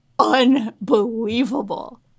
unbelievable